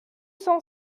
cent